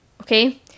okay